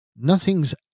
Nothing's